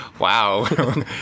wow